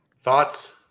Thoughts